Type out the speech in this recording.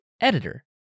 editor